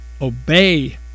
obey